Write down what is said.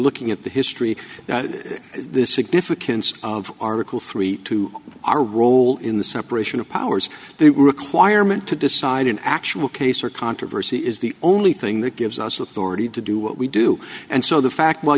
looking at the history this significant of article three to our role in the separation of powers the requirement to decide an actual case or controversy is the only thing that gives us authority to do what we do and so the fact w